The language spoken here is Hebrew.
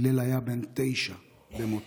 הלל היה בן תשע במותו.